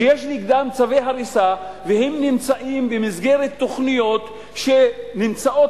שיש נגדם צווי הריסה והם במסגרת תוכניות שנמצאות